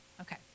Okay